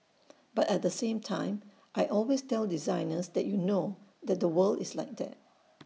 but at the same time I always tell designers that you know that the world is like that